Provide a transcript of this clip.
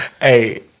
Hey